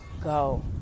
Go